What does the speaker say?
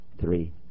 Three